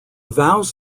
vows